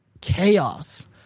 chaos